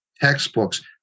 textbooks